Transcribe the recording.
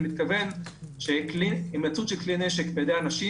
אני מתכוון שהימצאות של כלי נשק בידי אנשים